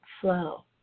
flow